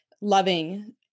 loving